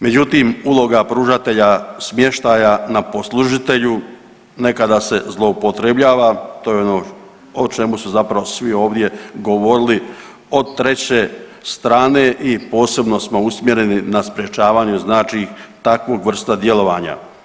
Međutim, uloga pružatelja smještaja na poslužitelju nekada se zloupotrebljava, to je ono o čemu su zapravo svi ovdje govorili o treće strane i posebno smo usmjereni na sprečavanju znači takvog vrsta djelovanja.